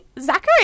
Zachary